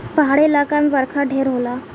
पहाड़ी इलाका मे बरखा ढेर होला